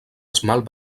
esmalt